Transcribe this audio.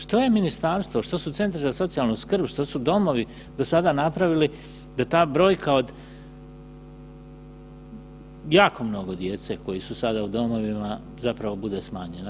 Što je ministarstvo, što su centri za socijalnu skrb, što su domovi do sada napravili da ta brojka od jako mnogo djece koji su sada u domovima zapravo bude smanjena?